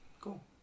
Cool